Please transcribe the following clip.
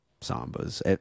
Sambas